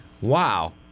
Wow